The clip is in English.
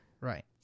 Right